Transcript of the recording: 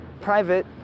Private